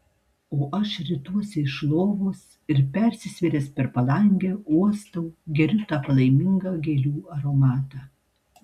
o aš rituosi iš lovos ir persisvėręs per palangę uostau geriu tą palaimingą gėlių aromatą